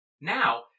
Now